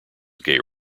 gay